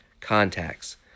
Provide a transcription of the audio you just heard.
contacts